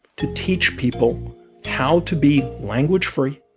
to teach people how to be language-free